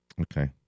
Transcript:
Okay